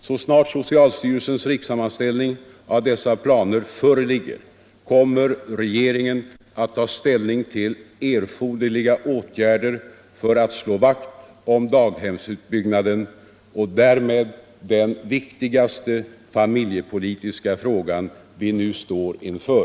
Så snart socialstyrelsens rikssammanställning av dessa planer föreligger kommer regeringen att ta ställning till erforderliga åtgärder för att slå vakt om daghemsutbyggnaden — och därmed den viktigaste familjepolitiska frågan vi nu står inför.